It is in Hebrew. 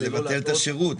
אני רוצה לבטל את השירות.